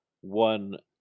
one